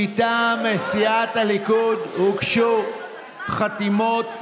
מטעם סיעת הליכוד הוגשו חתימות